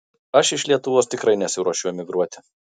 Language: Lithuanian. aš iš lietuvos tikrai nesiruošiu emigruoti